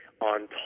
on